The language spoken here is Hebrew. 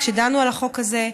כשדנו על החוק הזה,